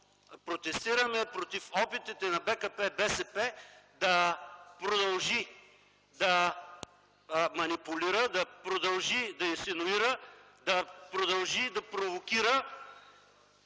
протестираме срещу опитите на БКП-БСП да продължи да манипулира, да продължи да инсинуира, да продължи да провокира